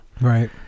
Right